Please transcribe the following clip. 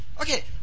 Okay